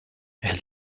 elle